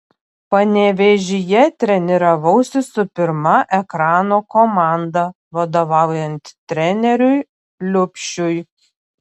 panevėžyje treniravausi su pirma ekrano komanda vadovaujant treneriui liubšiui